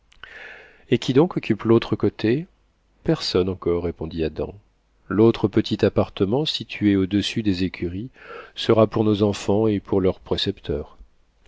et qui donc occupe l'autre côté personne encore répondit adam l'autre petit appartement situé au-dessus des écuries sera pour nos enfants et pour leur précepteur